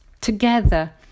together